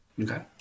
Okay